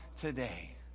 today